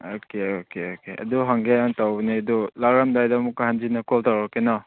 okay okay okay ꯑꯗꯨ ꯍꯪꯒꯦꯅ ꯇꯧꯕꯅꯤ ꯑꯗꯨ ꯂꯥꯛꯂꯝꯗꯥꯏꯗ ꯑꯃꯨꯛꯀ ꯍꯟꯖꯤꯟꯅ ꯀꯣꯜ ꯇꯧꯔꯛꯀꯦꯅ